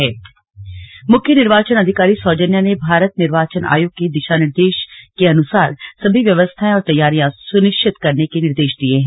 slug सौजन्या अल्मोडा मुख्य निर्वाचन अधिकारी सौजन्या ने भारत निर्वाचन आयोग के दिशा निर्देश के अनुसार सभी व्यवस्थाएं और तैयारियां सुनिश्चित करने के निर्देश दिये हैं